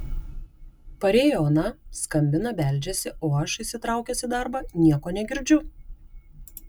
parėjo ona skambina beldžiasi o aš įsitraukęs į darbą nieko negirdžiu